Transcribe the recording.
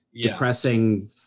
depressing